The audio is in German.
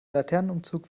laternenumzug